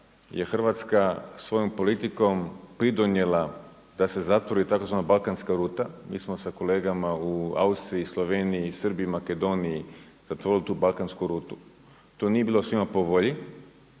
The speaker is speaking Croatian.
je Hrvatska svojom politikom pridonijela da se zatvori tzv. Balkanska ruta. Mi smo sa kolegama u Austriji, Sloveniji, Srbiji, Makedoniji zatvorili tu balkansku rutu. To nije bilo svima po volji.